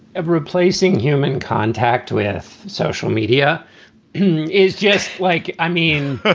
of replacing human contact with social media is just like i mean,